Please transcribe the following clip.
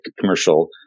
commercial